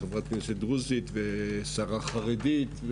חברת כנסת דרוזית ושרה חרדית.